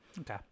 okay